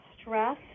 stress